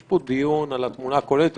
יש פה דיון על התמונה הכוללת,